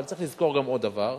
אבל צריך לזכור גם עוד דבר,